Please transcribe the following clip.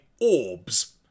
orbs